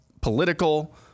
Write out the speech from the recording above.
political